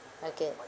okay